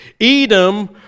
Edom